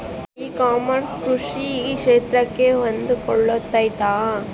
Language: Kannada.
ಇ ಕಾಮರ್ಸ್ ಕೃಷಿ ಕ್ಷೇತ್ರಕ್ಕೆ ಹೊಂದಿಕೊಳ್ತೈತಾ?